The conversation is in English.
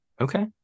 Okay